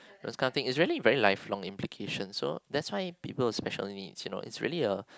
the kinds of thing is really very lifelong implication so that's why people with special need you know is really a